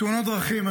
תאונות דרכים,